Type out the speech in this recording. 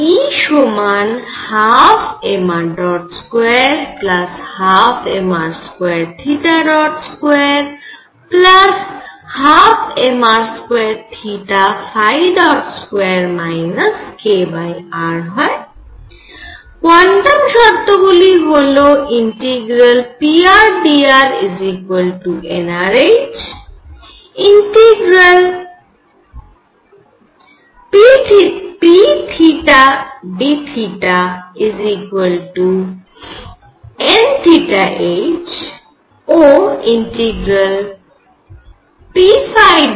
প্রথমত E সমান 12mr212mr2212mr22 kr quantum শর্তগুলি হল pr dr nrh pθ dθ nh pφ dφ nh